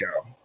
go